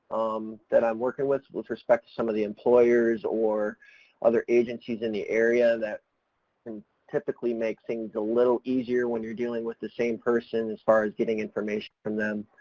um, that i'm working with, with respect to some of the employers or other agencies in the area, that can typically make things a little easier when you're dealing with the same person as far as getting information from them.